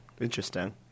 Interesting